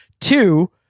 Two